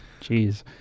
Jeez